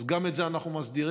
אז גם את זה אנחנו מסדירים.